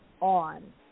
on